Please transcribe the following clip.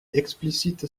explicite